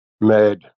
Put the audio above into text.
made